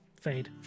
fade